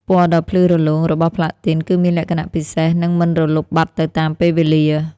ពណ៌ដ៏ភ្លឺរលោងរបស់ផ្លាទីន គឺមានលក្ខណៈពិសេស និងមិនរលុបបាត់ទៅតាមពេលវេលា។